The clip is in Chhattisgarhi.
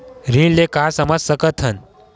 ऋण ले का समझ सकत हन?